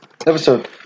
episode